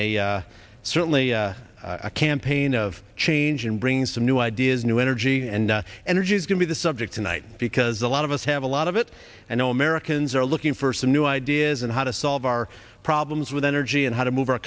a certainly a campaign of change and bring some new ideas new energy and energy is going to the subject tonight because a lot of us have a lot of it and all americans are looking for some new ideas on how to solve our problems with energy and how to move our